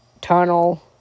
tunnel